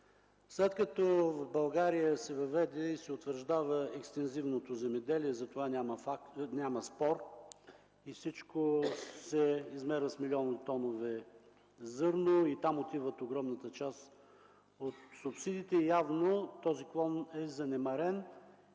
След като в България се въведе и се утвърждава екстензивното земеделие, за това няма спор, и всичко се измерва с милиони тонове зърно и там отива огромната част от субсидиите, явно този отрасъл е занемарен